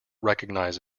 recognize